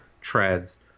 treads